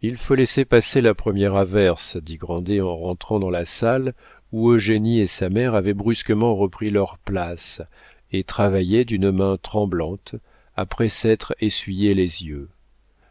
il faut laisser passer la première averse dit grandet en rentrant dans la salle où eugénie et sa mère avaient brusquement repris leurs places et travaillaient d'une main tremblante après s'être essuyé les yeux